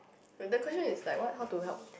the question is like what how to help